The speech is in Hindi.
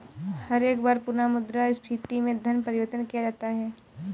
हर एक बार पुनः मुद्रा स्फीती में धन परिवर्तन किया जाता है